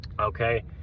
okay